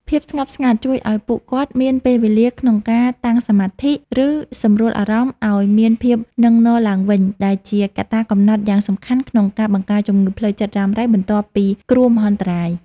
ភាពស្ងប់ស្ងាត់ជួយឱ្យពួកគាត់មានពេលវេលាក្នុងការតាំងសមាធិ ឬសម្រួលអារម្មណ៍ឱ្យមានភាពនឹងនរឡើងវិញ ដែលជាកត្តាកំណត់យ៉ាងសំខាន់ក្នុងការបង្ការជំងឺផ្លូវចិត្តរ៉ាំរ៉ៃបន្ទាប់ពីគ្រោះមហន្តរាយ។